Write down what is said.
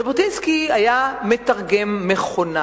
ז'בוטינסקי היה מתרגם מחונן.